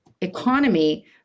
economy